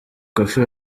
koffi